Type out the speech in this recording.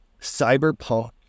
cyberpunk